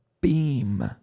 beam